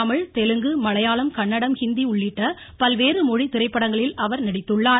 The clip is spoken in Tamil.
தமிழ் தெலுங்கு மலையாளம் கன்னடம் ஹிந்தி உள்ளிட்ட பல்வேறு மொழி திரைப்படங்களில் அவர் நடித்துள்ளார்